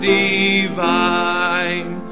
divine